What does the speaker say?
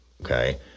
okay